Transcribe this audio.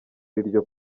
iryo